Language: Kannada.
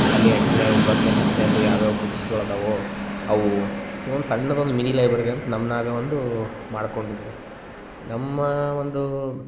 ಅಲ್ಲಿ ಎಂಟನೇ ಒಂಬತ್ತನೇ ಹತ್ತನೇದ್ದು ಯಾವ್ಯಾವ ಬುಕ್ಸ್ಗಳು ಅದವೋ ಅವು ಹೀಗೊಂದು ಸಣ್ಣದೊಂದು ಮಿನಿ ಲೈಬ್ರೆರಿ ಅಂತ ನಮ್ಮ ನಾವೇ ಒಂದು ಮಾಡ್ಕೊಂಡಿದ್ದೀವಿ ನಮ್ಮ ಒಂದು